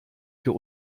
für